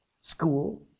school